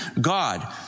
God